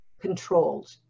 controlled